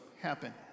happen